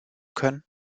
können